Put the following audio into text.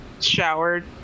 showered